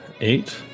eight